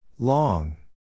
Long